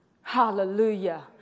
Hallelujah